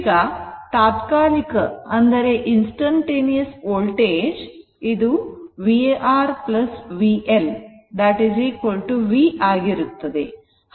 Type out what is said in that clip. ಈಗ ತಾತ್ಕಾಲಿಕ ವೋಲ್ಟೇಜ್ ಇದು vR VL v ಆಗಿರುತ್ತದೆ